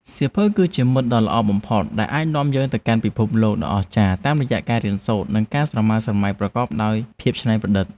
សៀវភៅ គឺជាមិត្តដ៏ល្អបំផុតដែលអាចនាំយើងទៅកាន់ពិភពលោកដ៏អស្ចារ្យតាមរយៈការរៀនសូត្រ និងការស្រមើស្រមៃប្រកបដោយភាពច្នៃប្រឌិត។